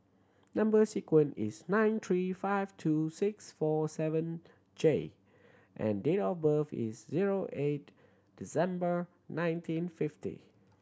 number sequence is nine three five two six four seven J and date of birth is zero eight December nineteen fifty